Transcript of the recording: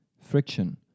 Friction